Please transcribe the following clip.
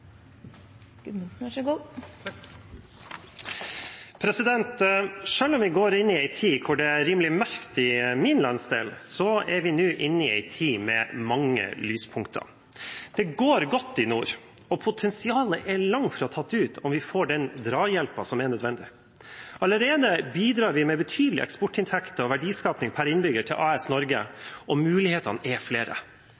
rimelig mørkt i min landsdel, er vi nå inne i en tid med mange lyspunkter. Det går godt i nord, og potensialet er langt fra tatt ut om vi får den drahjelpen som er nødvendig. Allerede bidrar vi med betydelige eksportinntekter og verdiskaping pr. innbygger til AS Norge, og mulighetene er flere.